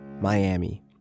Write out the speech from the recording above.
Miami